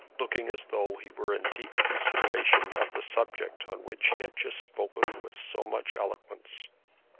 looking as though he were in deep consideration of the subject on which he had just spoken with so much eloquence.